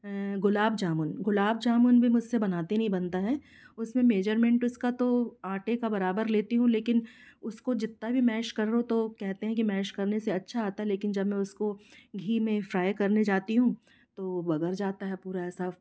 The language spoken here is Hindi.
गुलाब जामुन गुलाब जामुन भी मुझसे बनाते नहीं बनता है उसमें मेजरमेंट उसका तो आटे का बराबर लेती हूं लेकिन उसको जितना भी मैश करो तो कहते हैं कि मैश करने से अच्छा आता लेकिन जब मैं उसको घी में फ्राई करने जाती हूं तो बगर जाता है पूरा हिसाब